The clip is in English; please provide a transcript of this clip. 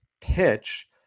pitch